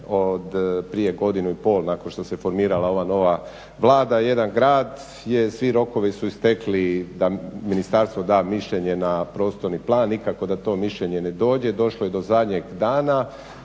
od prije godinu i pol, nakon što se formirala ova nova Vlada. Jedan grad je, svi rokovi su istekli da ministarstvo da mišljenje na prostorni plan, nikako da to mišljenje dođe. Došlo je do zadnjeg dana